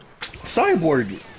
Cyborg